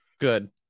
Good